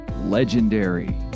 legendary